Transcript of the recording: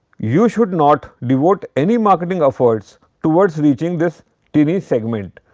you should not devote any marketing efforts towards reaching this tiny segment.